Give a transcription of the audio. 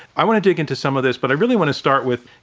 i want to dig into some of this, but i really want to start with,